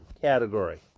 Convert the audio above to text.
category